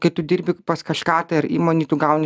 kai tu dirbi pas kažką tai ar įmonei tu gauni